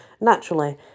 Naturally